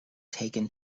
taken